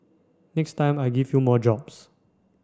next time I give you more jobs